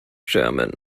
chairman